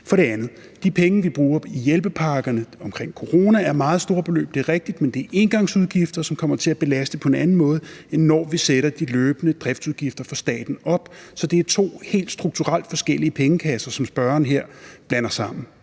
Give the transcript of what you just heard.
For det andet: De penge, vi bruger i hjælpepakkerne omkring corona, er meget store beløb – det er rigtigt – men det er engangsudgifter, som kommer til at belaste på en anden måde, end når vi sætter de løbende driftsudgifter for staten op. Så det er to helt strukturelt forskellige pengekasser, som spørgeren her blander sammen,